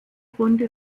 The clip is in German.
grunde